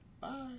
Bye